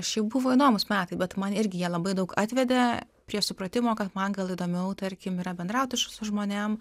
šiaip buvo įdomūs metai bet man irgi jie labai daug atvedė prie supratimo kad man gal įdomiau tarkim yra bendrauti su žmonėm